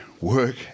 Work